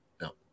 no